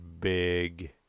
big